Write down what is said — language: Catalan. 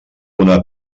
una